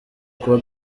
kuba